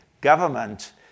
government